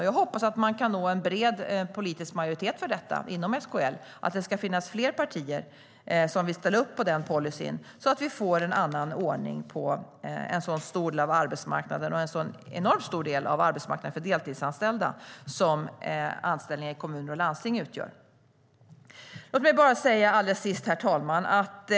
Jag hoppas att man kan nå en bred politisk majoritet för detta inom SKL, att det ska finnas fler partier som vill ställa upp på den policyn, så att vi får en annan ordning på denna stora del av arbetsmarknaden. Det är en enormt stor del av arbetsmarknaden för deltidsanställda som anställningar i kommuner och landsting utgör. Låt mig bara säga något alldeles sist, herr talman!